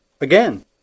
Again